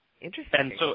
Interesting